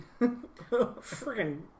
Freaking